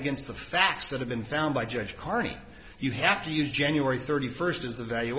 against the facts that have been found by judge carney you have to use january thirty first is the valu